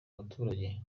abaturage